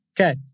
Okay